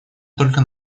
только